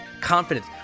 confidence